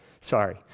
sorry